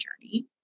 journey